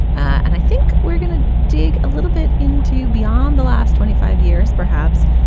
and i think we're gonna dig a little bit into you beyond the last twenty five years perhaps,